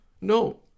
No